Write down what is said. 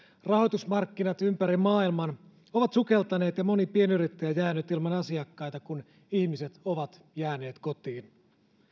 rahoitusmarkkinat ympäri maailman ovat sukeltaneet ja moni pienyrittäjä jäänyt ilman asiakkaita kun ihmiset ovat jääneet kotiin